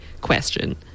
question